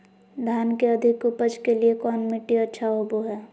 धान के अधिक उपज के लिऐ कौन मट्टी अच्छा होबो है?